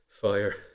fire